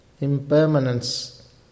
impermanence